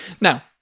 Now